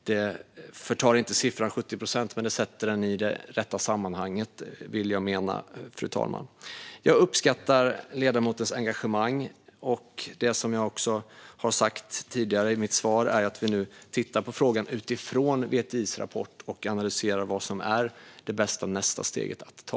Det förtar inte siffran 70 procent, men det sätter siffran i det rätta sammanhanget, vill jag mena, fru talman. Jag uppskattar ledamotens engagemang, och det som jag även har sagt tidigare i mitt svar är att vi nu tittar på frågan utifrån VTI:s rapport och analyserar vad som är det nästa och det bästa steget att ta.